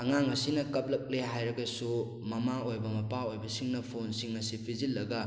ꯑꯉꯥꯡ ꯑꯁꯤꯅ ꯀꯞꯂꯛꯂꯦ ꯍꯥꯏꯔꯒꯁꯨ ꯃꯃꯥ ꯑꯣꯏꯕ ꯃꯄꯥ ꯑꯣꯏꯕꯁꯤꯡꯅ ꯐꯣꯟꯁꯤꯡ ꯑꯁꯤ ꯄꯤꯁꯤꯜꯂꯒ